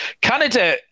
Canada